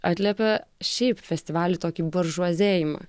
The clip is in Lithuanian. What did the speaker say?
atliepia šiaip festivalių tokį buržuazėjimą